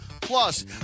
plus